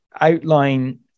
outline